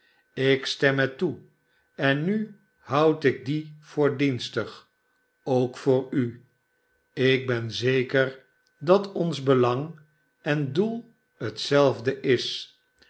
ik stem het toe en nu houd ik die voor dienstig ook voor u ik ben zeker dat ons belang en doel hetzelfde is